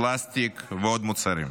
פלסטיק ועוד מוצרים.